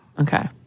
Okay